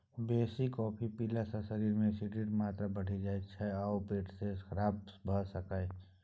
बेसी कॉफी पीला सँ शरीर मे एसिडक मात्रा बढ़ि जाइ छै आ पेट सेहो खराब भ सकैए